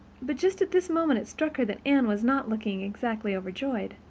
but just at this moment it struck her that anne was not looking exactly overjoyed.